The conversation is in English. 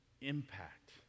impact